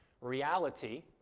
reality